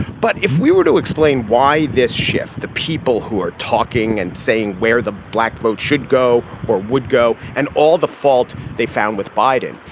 but if we were to explain why this shift, the people who are talking and saying where the black vote should go or would go and all the fault they found with biden,